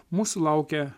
mūsų laukia